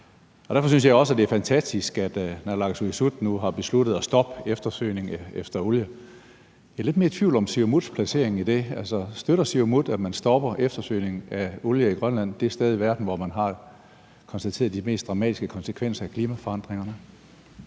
derfor synes jeg også, det er fantastisk, at naalakkersuisut nu har besluttet at stoppe eftersøgningen efter olie. Jeg er lidt mere i tvivl om Siumuts placering i det. Støtter Siumut, at man stopper eftersøgningen af olie i Grønland – det sted i verden, hvor man har konstateret de mest dramatiske konsekvenser af klimaforandringerne?